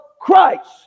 Christ